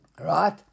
Right